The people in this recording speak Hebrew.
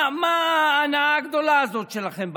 מה ההנאה הגדולה הזאת שלכם בעניין?